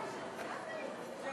חקיקה